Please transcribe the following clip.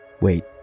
Wait